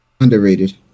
Underrated